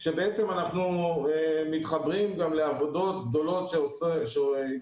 כשבעצם אנחנו מתחברים גם לעבודות גדולות שגם